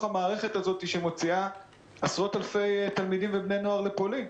המערכת הזאת שמוציאה עשרות אלפי תלמידים ובני נוער למסעות לפולין.